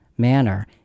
manner